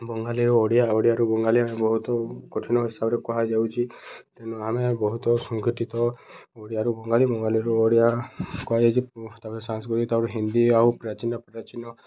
ବଙ୍ଗାଳୀରୁ ଓଡ଼ିଆ ଓଡ଼ିଆରୁ ବଙ୍ଗାଳୀ ଆମେ ବହୁତ କଠିନ ହିସାବରେ କୁହାଯାଉଛି ତେଣୁ ଆମେ ବହୁତ ସଂଗଠିତ ଓଡ଼ିଆରୁ ବଙ୍ଗାଳୀ ବଙ୍ଗାଳୀରୁ ଓଡ଼ିଆ କୁହାଯାଇଛି ତା'ପରେ ସାଂସ୍କୃତ ତା'ପରେ ହିନ୍ଦୀ ଆଉ ପ୍ରାଚୀନ ପ୍ରାଚୀନ